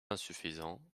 insuffisant